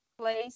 place